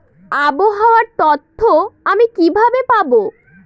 আবহাওয়ার তথ্য আমি কিভাবে পাবো?